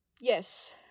Yes